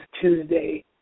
Tuesday